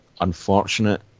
unfortunate